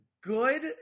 good